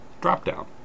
drop-down